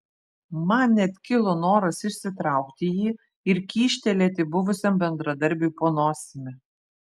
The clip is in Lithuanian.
man net kilo noras išsitraukti jį ir kyštelėti buvusiam bendradarbiui po nosimi